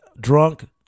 drunk